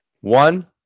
One